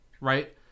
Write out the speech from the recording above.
right